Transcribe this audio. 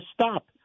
stop